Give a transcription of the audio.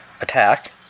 attack